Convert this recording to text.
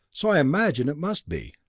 so i imagine it must be.